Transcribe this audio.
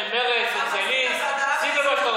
מפוארת, יוצאת מהכלל.